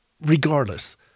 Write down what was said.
regardless